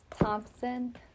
Thompson